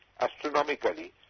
astronomically